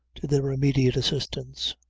to their immediate assistance.